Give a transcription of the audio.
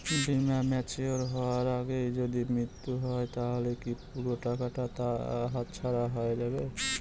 বীমা ম্যাচিওর হয়ার আগেই যদি মৃত্যু হয় তাহলে কি পুরো টাকাটা হাতছাড়া হয়ে যাবে?